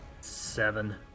seven